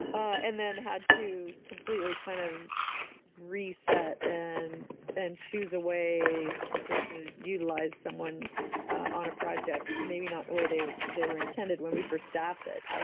ah ah and then had to completely kind of reset and and choose a way to utilize someone on a project, maybe not the way they they were intended when we first staffed it.